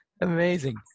Amazing